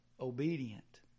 Obedient